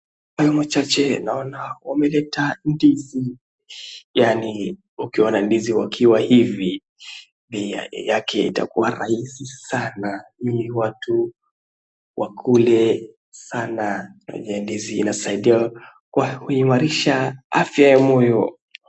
Kwa hayo machache naona wameleta ndizi, yaani ukiona ndizi wakiwa hivi, bei yake itakuwa rahisi sana ili watu wakule sana. Ndizi inasaidia kwa kuimarisha afya ya moyo.